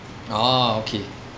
oh okay